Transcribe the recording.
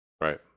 right